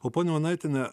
o ponia onaitiene